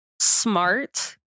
smart